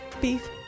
beef